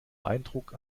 eindruck